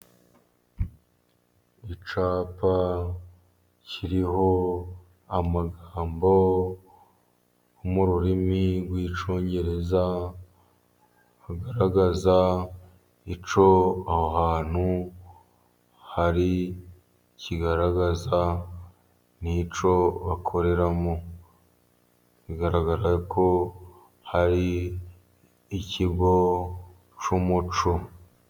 Icapa kiriho amagambo mu rurimi rw'icyongereza ,hagaragaza icyo aho hantu hari kigaragaza n'ico bakoreramo bigaragara ko hari ikigo cy'umuco.